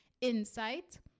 insight